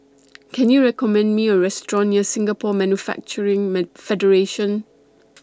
Can YOU recommend Me A Restaurant near Singapore Manufacturing Man Federation